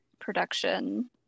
production